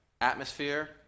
atmosphere